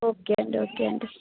okay అండి okay అండి